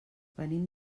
venim